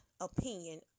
opinion